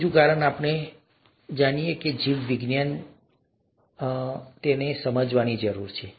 ત્રીજું કારણ આપણે શા માટે કરી શકીએ છીએ આપણે જીવવિજ્ઞાન જાણવા માંગીએ છીએ કારણ કે તે ત્યાં છે અને તેને સમજવાની જરૂર છે